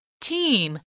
Team